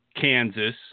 Kansas